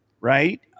right